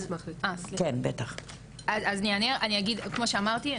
אז אני אגיד כמו שאמרתי,